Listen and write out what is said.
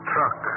Truck